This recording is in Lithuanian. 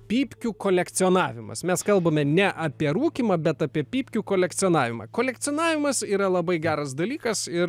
pypkių kolekcionavimas mes kalbame ne apie rūkymą bet apie pypkių kolekcionavimą kolekcionavimas yra labai geras dalykas ir